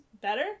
better